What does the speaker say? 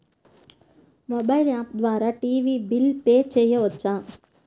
Mobile app ద్వారా TV bill pay చేయవచ్చా?